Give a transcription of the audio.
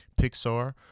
pixar